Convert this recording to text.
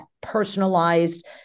personalized